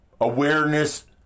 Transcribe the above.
Awareness